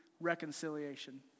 reconciliation